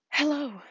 Hello